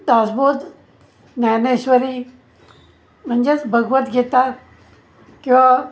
दासबोध ज्ञानेश्वरी म्हणजेच भगवत गीता किंवा